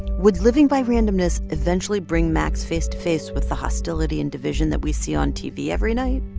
would living by randomness eventually bring max face to face with the hostility and division that we see on tv every night?